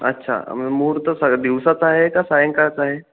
अच्छा मग मुहूर्त स दिवसाचा आहे का सायंकाळचा आहे